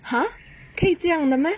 !huh! 可以这样的咩